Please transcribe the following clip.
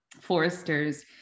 foresters